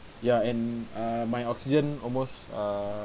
ya and uh my oxygen almost err